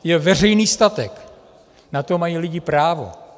Je to veřejný statek, na to mají lidi právo.